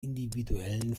individuellen